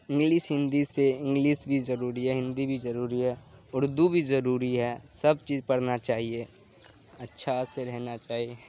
English Hindi سے English بھی ضروری ہے ہندی بھی ضروری ہے اردو بھی ضروری ہے سب چیز پڑھنا چاہیے اچھا سے رہنا چاہیے